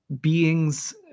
beings